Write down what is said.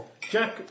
Jack